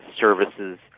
services